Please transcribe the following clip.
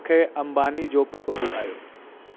मूंखे अंबानी जो पतो ॿुधायो